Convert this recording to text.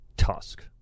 Tusk